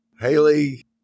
Haley